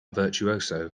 virtuoso